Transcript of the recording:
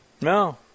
No